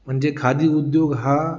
म्हणजे खादी उद्योग हा